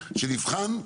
רוצה שנבחן.